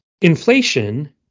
Inflation